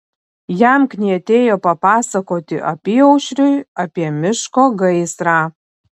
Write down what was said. jam knietėjo papasakoti apyaušriui apie miško gaisrą